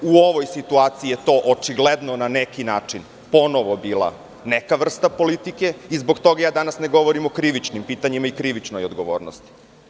U ovoj situaciji je to na neki način ponovo bila neka vrsta politike i zbog toga danas ne govorim o krivičnim pitanjima i o krivičnoj odgovornosti.